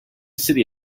city